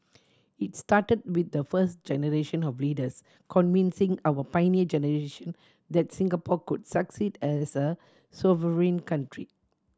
it started with the first generation of leaders convincing our Pioneer Generation that Singapore could succeed as a sovereign country